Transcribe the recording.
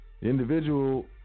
individual